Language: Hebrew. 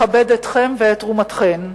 לכבד אתכם ואת תרומתכם,